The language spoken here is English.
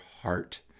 heart